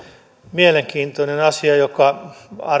mielenkiintoinen asia joka